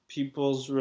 People's